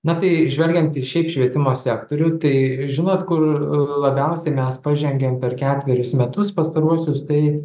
na tai žvelgiant šiaip į švietimo sektorių tai žinot kur labiausiai mes pažengėm per ketverius metus pastaruosius tai